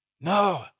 No